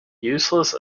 useless